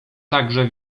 także